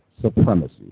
supremacy